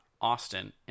Austin